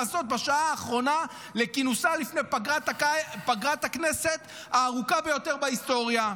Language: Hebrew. בשעה האחרונה לכינוסה לפני פגרת הכנסת הארוכה ביותר בהיסטוריה?